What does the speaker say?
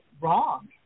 wrong